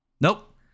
Nope